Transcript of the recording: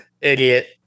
idiot